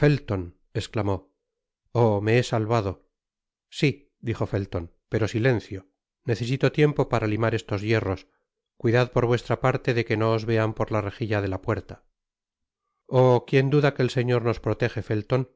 felton esclamó oh me he salvado si dijo felton pero silencio necesito tiempo para limar estos hierros cuidad por vuestra parte de que no os vean por la rejilla de la puerta oh quien duda que el señor nos protege felton